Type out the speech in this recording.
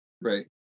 Right